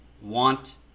want